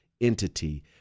entity